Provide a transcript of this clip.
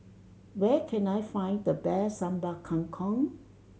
where can I find the best Sambal Kangkong